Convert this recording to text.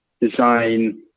design